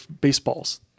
baseballs